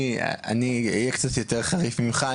אני אהיה קצת יותר חריף ממך.